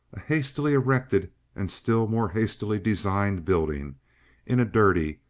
a hastily erected and still more hastily designed building in a dirty,